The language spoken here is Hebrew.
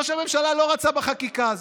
ראש הממשלה לא רצה בחקיקה הזאת.